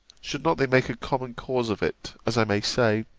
should not they make a common cause of it, as i may say,